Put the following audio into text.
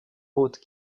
haute